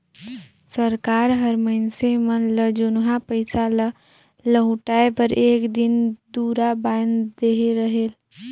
सरकार हर मइनसे मन ल जुनहा पइसा ल लहुटाए बर एक दिन दुरा बांएध देहे रहेल